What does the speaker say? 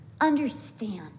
understand